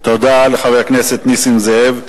תודה לחבר הכנסת זאב.